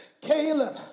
Caleb